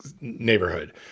neighborhood